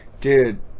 Dude